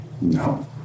No